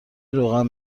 روغن